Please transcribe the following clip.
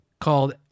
called